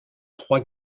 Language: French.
trois